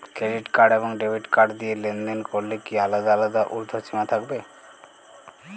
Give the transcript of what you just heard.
Credit card এবং debit card দিয়ে লেনদেন করলে কি আলাদা আলাদা ঊর্ধ্বসীমা থাকবে?